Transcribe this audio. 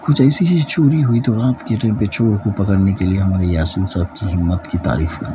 کچھ ایسی چیز چوری ہوئی تو رات کے ٹائم پہ چور کو پکڑنے کے لیے ہمارے یاسین صاحب کی ہمت کی تعریف کرنا